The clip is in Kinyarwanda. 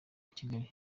kigali